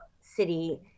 city